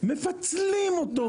מפצלים אותו.